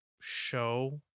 show